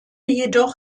jedoch